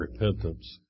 repentance